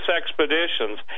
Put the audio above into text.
Expeditions